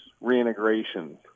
reintegration